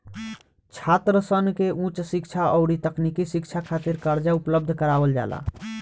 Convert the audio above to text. छात्रसन के उच शिक्षा अउरी तकनीकी शिक्षा खातिर कर्जा उपलब्ध करावल जाला